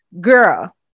Girl